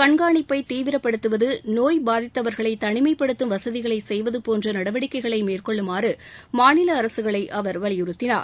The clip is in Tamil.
கண்காணிப்பை தீவிரப்படுத்துவது நோய் பாதித்தவர்களை தனிமைப்படுத்தம் வசதிகளை செய்வது போன்ற நடவடிக்கைகளை மேற்கொள்ளுமாறு மாநில அரசுகளை அவர் வலியுறுத்தினார்